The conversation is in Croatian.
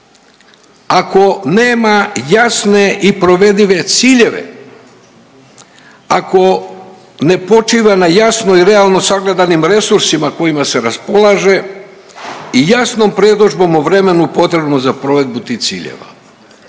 ako nema jasne i provedive ciljeve, ako ne počiva na jasno i realno sagledanim resursima kojima se raspolaže i jasnom predodžbom o vremenu potrebnom za provedbu tih ciljeva.